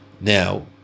Now